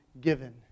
given